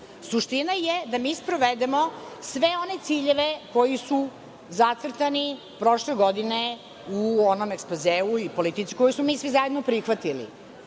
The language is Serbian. nebitno. Suština je da mi sprovedemo sve one ciljeve koji su zacrtani prošle godine, u onom ekspozeu, i politici koju smo svi mi zajedno prihvatili.